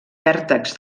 vèrtexs